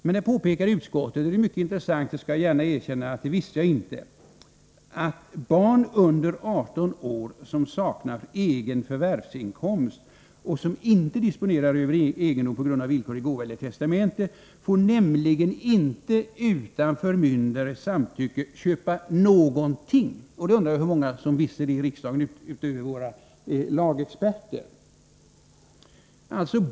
Utskottet påpekar något mycket intressant, och jag skall gärna erkänna att jag inte visste det, nämligen att barn under 18 år som saknar egen förvärvsinkomst och som inte disponerar över egendom på grund av villkorlig gåva eller testamente inte utan förmyndares samtycke får köpa någonting. Jag undrar hur många i riksdagen som visste det, utöver våra lagexperter.